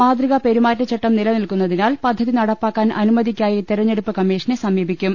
മാതൃകാ പെരുമാറ്റച്ചട്ടം നിലനിൽക്കുന്നതിനാൽ പദ്ധതി നടപ്പാ ക്കാൻ അനുമതിക്കായി തെരഞ്ഞെടുപ്പ് കമ്മീഷനെ സമീപിക്കും